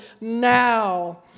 now